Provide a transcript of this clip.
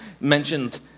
mentioned